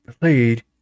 played